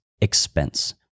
expense